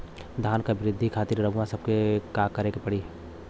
धान क वृद्धि खातिर रउआ सबके का करे के पड़ी?